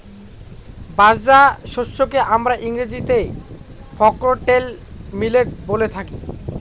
বাজরা শস্যকে আমরা ইংরেজিতে ফক্সটেল মিলেট বলে থাকি